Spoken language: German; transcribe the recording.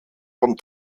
von